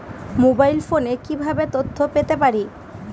Mobile ফোনে কিভাবে তথ্য পেতে পারি?